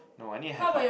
no I need a haircut